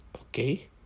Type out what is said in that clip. Okay